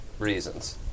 Reasons